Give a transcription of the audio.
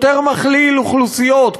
יותר מכליל אוכלוסיות,